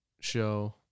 show